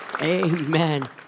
Amen